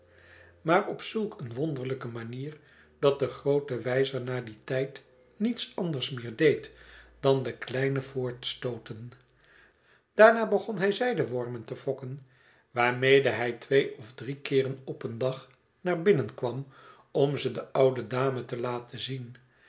maar op zulk een wonderlijke manier dat de groote wijzer na dien tijd niets anders meer deed dan den kleinen voortstobten daarnabegon hij zijdewormentefokken waarmede hij twee of drie keeren op een dag naar binnen kwam om ze de oude dame te laten zien